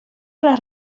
las